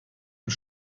und